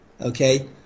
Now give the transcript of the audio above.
okay